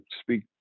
speak